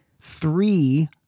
Three